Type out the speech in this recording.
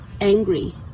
angry